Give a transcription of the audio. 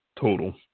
Total